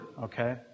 okay